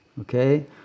Okay